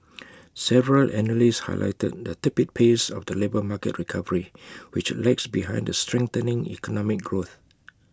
several analysts highlighted the tepid pace of the labour market recovery which lags behind the strengthening economic growth